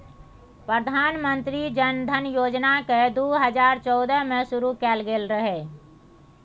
प्रधानमंत्री जनधन योजना केँ दु हजार चौदह मे शुरु कएल गेल रहय